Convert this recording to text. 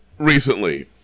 Recently